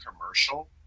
commercial